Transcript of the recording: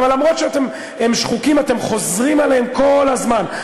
אבל אף שהם שחוקים אתם חוזרים עליהם כל הזמן,